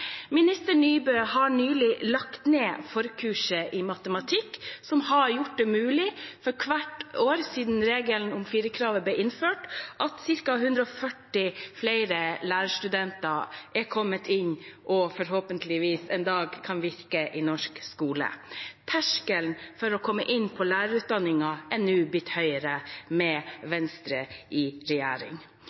Minister Nybø har nylig lagt ned forkurset i matematikk som hvert år siden regelen om firerkravet ble innført, har gjort det mulig at ca. 140 flere lærerstudenter er kommet inn og forhåpentligvis en dag kan virke i norsk skole. Terskelen for å komme inn på lærerutdanningen er blitt høyere med Venstre i regjering.